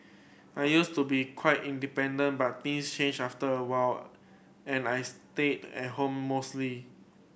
I used to be quite independent but things changed after and I stayed at home mostly